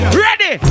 ready